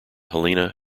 helena